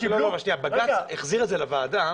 בג"ץ החזיר את זה לוועדה